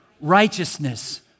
Righteousness